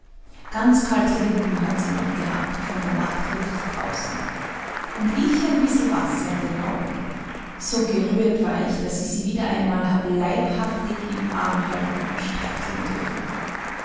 ganz kalte lippen hat sie noch gehabt von der nachtluft draußen und ich ein bissel wasser in den augen so gerührt war ich daß ich sie wieder einmal hab leibhaftig im arm halten und streicheln dürfen